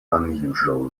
unusual